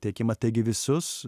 teikimą taigi visus